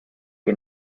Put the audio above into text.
que